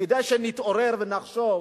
כדאי שנתעורר ונחשוב,